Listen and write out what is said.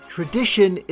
Tradition